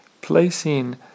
placing